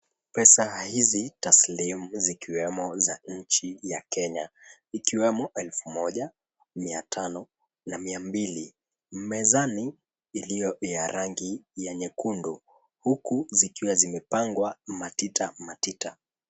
Pesa hizi taslimu zikiwemo ya nchi ya Kenya, ikiwemo elfu moja, mia tano, na mia mbili mezani, iliyo ya rangi nyekundu, huku zikiwa zimepangwa matita matita.